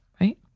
right